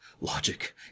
Logic